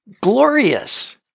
glorious